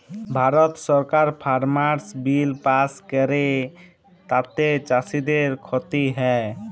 ভারত সরকার farmers bill pass ক্যরে তাতে চাষীদের খ্তি হ্যয়